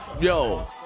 Yo